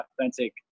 authentic